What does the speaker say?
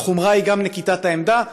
והחומרה היא גם נקיטת העמדה.